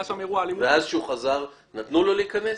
ואז כשהוא חזר, נתנו לו להיכנס?